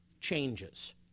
changes